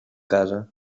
casa